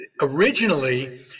originally